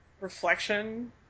reflection